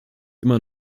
immer